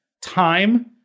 time